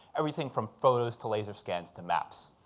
everything from photos to laser scans to maps.